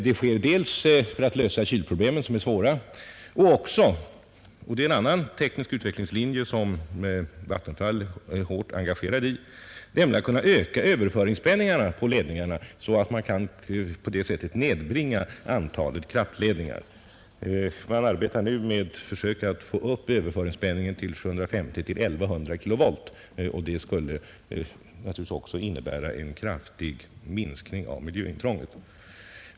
Syftet är i första hand att lösa kylproblemen, som är svåra, men också — och det är en annan teknisk utvecklingslinje som Vattenfall är hårt engagerad i — att öka överföringsspänningarna på ledningarna för att därigenom göra det möjligt att nedbringa antalet kraftledningar. Man arbetar nu med försök att få upp överföringsspänningen till 750 — 1 100 kilovolt. Detta skulle naturligtvis medföra en kraftig minskning av miljöintrånget.